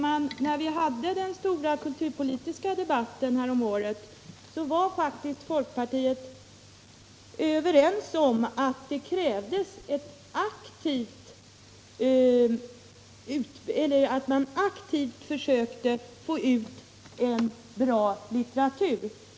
Herr talman! När vi hade den stora kulturpolitiska debatten häromåret ansåg faktiskt folkpartiet att det krävdes att man aktivt försökte få ut bra litteratur.